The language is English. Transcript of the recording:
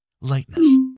lightness